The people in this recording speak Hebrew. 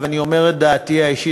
ואני אומר את דעתי האישית,